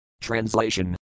Translation